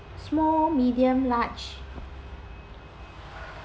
small medium large